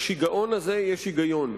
בשיגעון הזה יש היגיון,